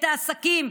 את העסקים,